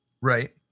Right